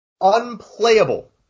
unplayable